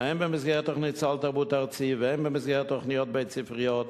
הן במסגרת תוכנית סל תרבות ארצי והן במסגרת תוכניות בית-ספריות,